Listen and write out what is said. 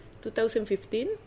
2015